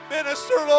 Minister